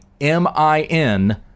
M-I-N